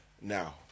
now